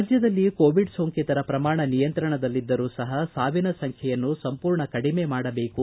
ರಾಜ್ಯದಲ್ಲಿ ಕೋವಿಡ್ ಸೋಂಕಿತರ ಪ್ರಮಾಣ ನಿಯಂತ್ರಣದಲ್ಲಿದ್ದರೂ ಸಹ ಸಾವಿನ ಸಂಖ್ವೆಯನ್ನು ಸಂಪೂರ್ಣ ಕಡಿಮೆ ಮಾಡಬೇಕು